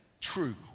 true